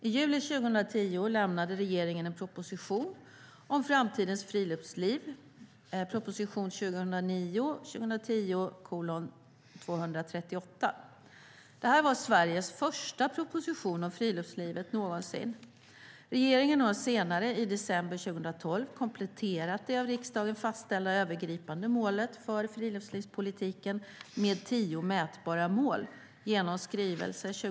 I juli 2010 lämnade regeringen propositionen Framtidens friluftsliv .